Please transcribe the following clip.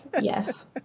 yes